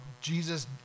Jesus